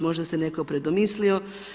Možda se netko predomislio.